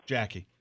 Jackie